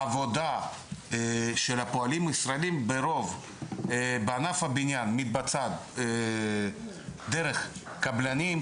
העבודה של הפועלים הישראלים בענף הבניין מתבצעת דרך קבלנים,